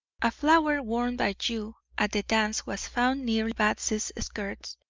a flower worn by you at the dance was found near batsy's skirts,